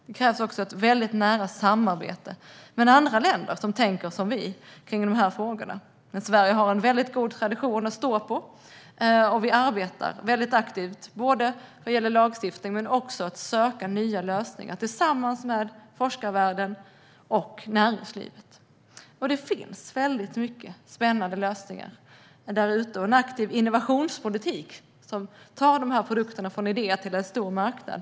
Det krävs också ett mycket nära samarbete med andra länder som tänker som vi i dessa frågor. Men Sverige har en mycket god tradition att följa. Vi arbetar mycket aktivt, både vad gäller lagstiftning och vad gäller att söka nya lösningar tillsammans med forskarvärlden och näringslivet. Det finns många spännande lösningar där ute och en aktiv innovationspolitik som tar dessa produkter från idé till en stor marknad.